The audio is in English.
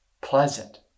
pleasant